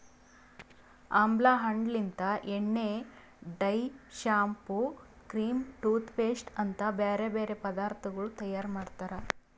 ಆಮ್ಲಾ ಹಣ್ಣ ಲಿಂತ್ ಎಣ್ಣೆ, dye, shampoo, cream, toothpaste ಅಂತ್ ಬ್ಯಾರೆ ಬ್ಯಾರೆ ಪದಾರ್ಥಗೊಳ್ ತೈಯಾರ್ ಮಾಡ್ತಾರ್